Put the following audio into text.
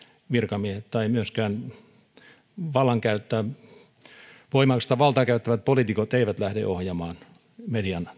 virkamiehet tai myöskään voimakasta valtaa käyttävät poliitikot eivät lähde ohjaamaan median